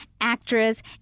actress